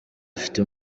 afite